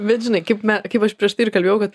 bet žinai kaip mes kaip aš prieš tai ir kalbėjau kad